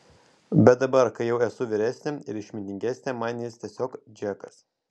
bet dabar kai jau esu vyresnė ir išmintingesnė man jis tiesiog džekas